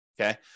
Okay